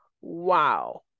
Wow